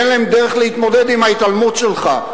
אין להם דרך להתמודד עם ההתעלמות שלך.